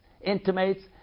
intimates